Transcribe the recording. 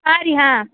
ಹಾಂ ರೀ ಹಾಂ